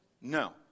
No